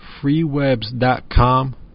freewebs.com